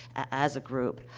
as a group,